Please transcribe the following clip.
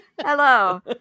hello